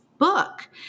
book